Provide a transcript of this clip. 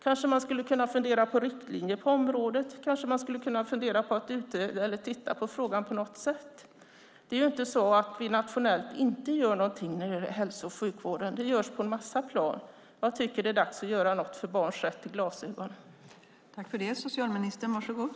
Kanske man skulle kunna fundera på riktlinjer på området och titta på frågan på något sätt. Det är ju inte så att vi inte gör någonting nationellt när det gäller hälso och sjukvården. Det görs saker på en massa plan, och jag tycker att det är dags att göra något för barns rätt till glasögon.